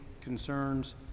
concerns